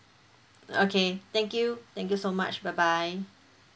okay thank you thank you so much bye bye